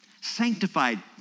sanctified